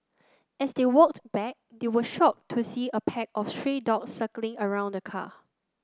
as they walked back they were shocked to see a pack of stray dogs circling around the car